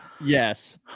yes